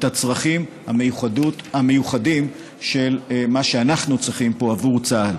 הצרכים המיוחדים של מה שאנחנו צריכים פה עבור צה"ל.